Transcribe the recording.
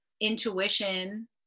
intuition